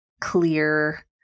clear